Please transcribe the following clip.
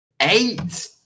Eight